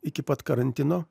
iki pat karantino